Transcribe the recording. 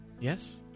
yes